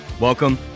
Welcome